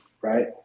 right